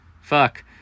Fuck